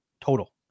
total